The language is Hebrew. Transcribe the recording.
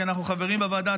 כי אנחנו חברים בוועדה,